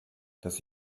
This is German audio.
dass